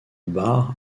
bar